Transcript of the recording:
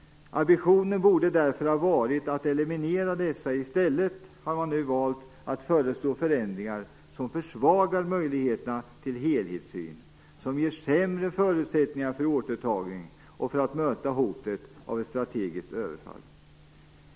Ambitionen borde därför ha varit att eliminera dessa. I stället har man valt att föreslå förändringar som försvagar möjligheterna till helhetssyn, som ger sämre förutsättningar för en återtagning och för att möta hotet av ett strategiskt överfall.